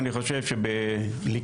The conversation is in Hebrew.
אני